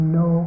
no